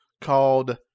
called